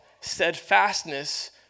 steadfastness